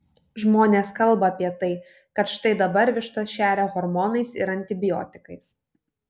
žmonės kalba apie tai kad štai dabar vištas šeria hormonais ir antibiotikais